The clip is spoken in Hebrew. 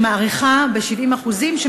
שמעריכה ב-70% את